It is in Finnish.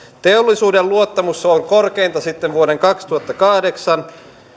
teollisuuden luottamus on korkeinta sitten vuoden kaksituhattakahdeksan